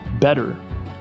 better